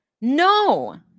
No